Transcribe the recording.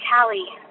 Callie